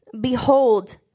Behold